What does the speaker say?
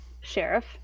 sheriff